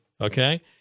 okay